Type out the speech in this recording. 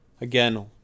Again